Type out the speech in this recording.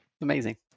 Amazing